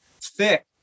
thick